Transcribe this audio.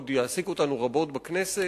עוד יעסיק אותנו רבות בכנסת,